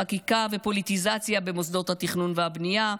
חקיקה ופוליטיזציה במוסדות התכנון והבנייה,